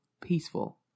peaceful